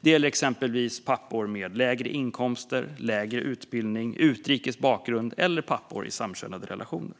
Det gäller exempelvis pappor med lägre inkomster, med lägre utbildning, med utrikes bakgrund eller pappor i samkönade relationer.